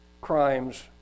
crimes